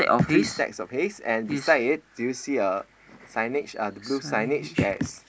three stacks of hays and beside it do you see a signage uh the blue signage that's